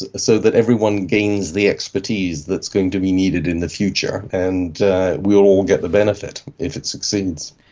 so that everyone gains the expertise that is going to be needed in the future, and we will all get the benefit if it succeeds.